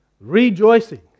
rejoicing